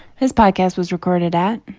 this podcast was recorded at.